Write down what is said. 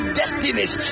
destinies